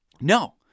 No